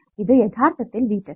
ഇത് യഥാർത്ഥത്തിൽ V test